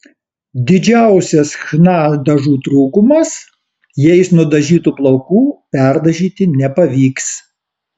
didžiausias chna dažų trūkumas jais nudažytų plaukų perdažyti nepavyks